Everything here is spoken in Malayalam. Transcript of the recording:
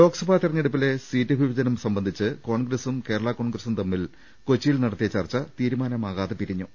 ലോക്സഭാ തെരഞ്ഞെടുപ്പിലെ സീറ്റ് വിഭജനം സംബന്ധിച്ച് കോൺഗ്രസും കേരള കോൺഗ്രസും തമ്മിൽ കൊച്ചിയിൽ നട ത്തിയ ചർച്ച തീരുമാനമാകാതെ പിരിഞ്ഞു